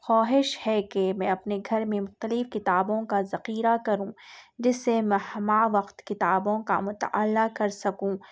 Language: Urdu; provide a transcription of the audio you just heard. خواہش ہے کہ میں اپنے گھر میں مختلف کتابوں کا ذخیرہ کروں جس سے میں ہمہ وقت کتابوں کا مطالعہ کر سکوں